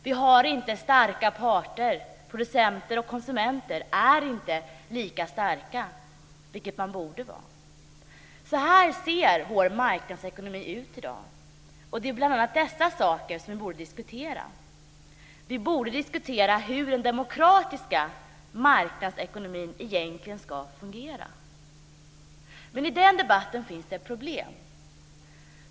Vi har inte starka parter. Producenter och konsumenter är inte lika starka, vilket de borde vara. Så här ser vår marknadsekonomi ut i dag. Det är bl.a. dessa saker som vi borde diskutera. Vi borde diskutera hur den demokratiska marknadsekonomin egentligen ska fungera. Men i den debatten finns det ett problem.